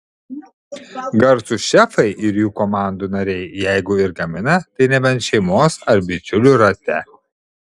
garsūs šefai ir jų komandų nariai jeigu ir gamina tai nebent šeimos ar bičiulių rate